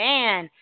Man